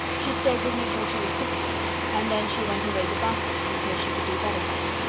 she stayed with me till she was sixteen and then she went away to boston, because she could do better there.